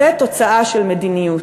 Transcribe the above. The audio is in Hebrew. זה תוצאה של מדיניות.